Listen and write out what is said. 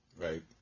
Right